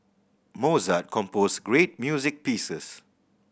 Mozart composed great music pieces